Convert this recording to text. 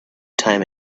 time